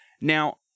Now